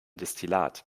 destillat